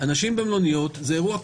לאנשים במלוניות זה אירוע קשה.